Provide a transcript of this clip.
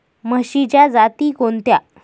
म्हशीच्या जाती कोणत्या?